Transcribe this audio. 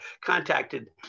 contacted